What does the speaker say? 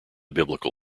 biblical